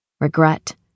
regret